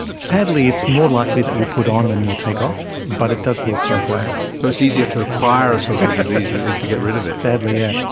sadly it's more likely that you'll put on than you'll take off, but it does work both ways. so it's easier to acquire a social disease than it is to get rid of it. sadly yeah